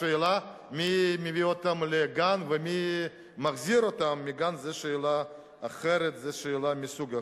השאלה מי מביא אותם לגן ומי מחזיר אותם מהגן היא שאלה אחרת ומסוג אחר.